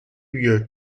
year